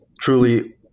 truly